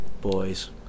boys